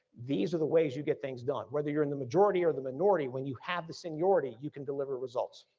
these are the ways you get things done. whether you're in the majority or the minority, when you have the seniority, you can deliver results.